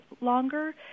longer